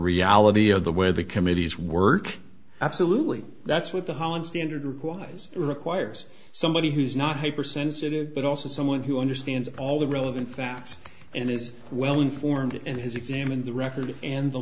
reality of the way the committee's work absolutely that's what the holland standard requires requires somebody who's not hypersensitive but also someone who understands all the relevant facts and is well informed and has examined the record and the